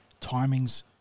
timings